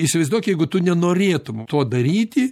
įsivaizduok jeigu tu nenorėtumei to daryti